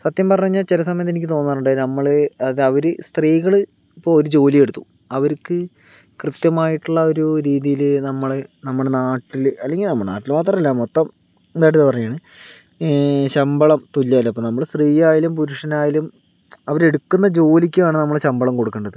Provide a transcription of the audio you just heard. സത്യം പറഞ്ഞ് കഴിഞ്ഞാൽ ചില സമയത്ത് എനിക്ക് തോന്നാറുണ്ട് നമ്മള് അത് അവര് സ്ത്രീകള് ഇപ്പോൾ ഒരു ജോലിയെടുത്തു അവർക്ക് കൃത്യമായിട്ടുള്ള ഒരു രീതിയില് നമ്മളെ നമ്മുടെ നാട്ടില് അല്ലെങ്കിൽ നാട്ടിൽ മാത്രമല്ല മൊത്തംഇതായിട്ട് പറയാണ് ശമ്പളം തുല്യമല്ല അപ്പ നമ്മള് സ്ത്രീയായാലും പുരുഷനായാലും അവര് എടുക്കുന്ന ജോലിക്കാണ് നമ്മള് ശമ്പളം കൊടുക്കേണ്ടത്